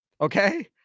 Okay